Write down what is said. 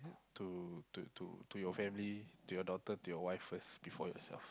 to to to to your family to your daughter to your wife first before yourself